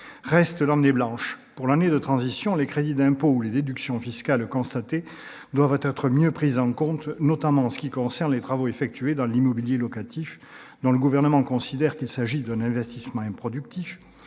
Reste l'« année blanche ». Pour l'année de transition, les crédits d'impôt ou les déductions fiscales constatés doivent être mieux pris en compte, notamment pour ce qui concerne les travaux effectués dans l'immobilier locatif, dont le Gouvernement considère qu'il s'agit d'un investissement improductif,